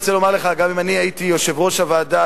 אני רוצה לומר לך שגם אם אני הייתי יושב-ראש ועדת